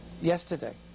Yesterday